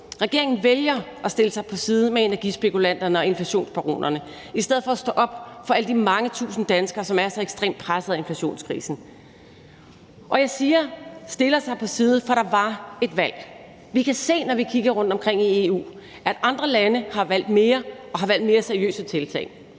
Regeringen vælger at stille sig på samme side som energispekulanterne og inflationsbaronerne i stedet for at stå op for alle de mange tusinde danskere, som er så ekstremt pressede af inflationskrisen. Og jeg siger, at de stiller sig på samme side, for der var et valg. Vi kan se, når vi kigger rundtomkring i EU, at andre lande har valgt mere og har valgt mere seriøse tiltag,